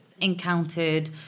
encountered